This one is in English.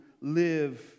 live